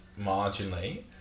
marginally